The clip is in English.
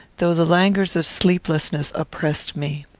though the languors of sleeplessness oppressed me.